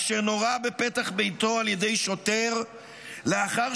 אשר נורה בפתח ביתו על ידי שוטר לאחר